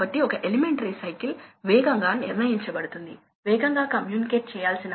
కాబట్టి అక్కడ స్వల్ప వ్యత్యాసం ఉంది కాని ప్రిన్సిపల్ ఒకేలా ఉంటుంది